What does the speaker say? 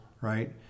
right